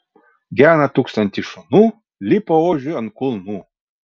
gena tūkstantis šunų lipa ožiui ant kulnų